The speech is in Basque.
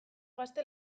gazte